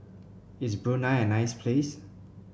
is Brunei a nice place